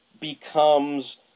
becomes